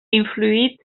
influït